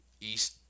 East